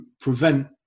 prevent